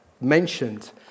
mentioned